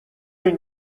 این